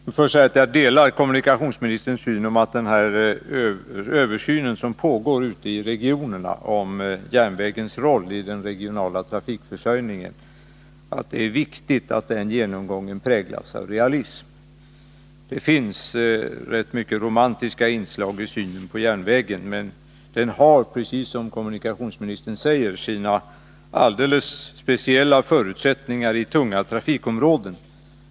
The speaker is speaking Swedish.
Herr talman! Först vill jag säga att jag delar kommunikationsministerns uppfattning att den översyn som pågår ute i regionerna om järnvägens roll i den regionala trafikförsörjningen måste präglas av realism. Det finns rätt mycket av romantiska inslag när det gäller synen på järnvägen. Den har, precis som kommunikationsministern sade, sina alldeles speciella förutsättningar i tunga trafikområden.